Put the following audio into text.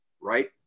right